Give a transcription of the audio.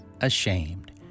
ashamed